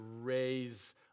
raise